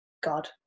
God